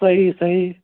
صحیح صحیح